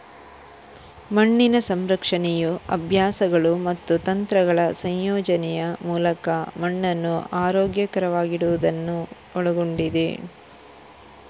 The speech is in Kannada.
ಮಣ್ಣಿನ ಸಂರಕ್ಷಣೆಯು ಅಭ್ಯಾಸಗಳು ಮತ್ತು ತಂತ್ರಗಳ ಸಂಯೋಜನೆಯ ಮೂಲಕ ಮಣ್ಣನ್ನು ಆರೋಗ್ಯಕರವಾಗಿಡುವುದನ್ನು ಒಳಗೊಂಡಿದೆ